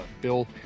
Bill